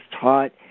taught